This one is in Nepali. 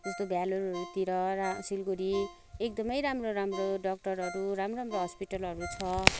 जस्तो भेलोरहरूतिर सिलगडी एकदमै राम्रो राम्रो डक्टरहरू राम्रो राम्रो हस्पिटलहरू छ